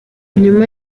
nyuma